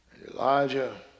Elijah